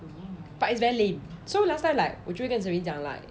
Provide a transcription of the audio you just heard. but it's very lame so last time like 我就跟 serene 讲 like